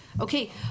Okay